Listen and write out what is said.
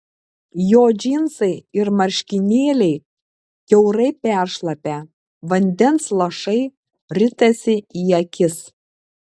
jo džinsai ir marškinėliai kiaurai peršlapę vandens lašai ritasi į akis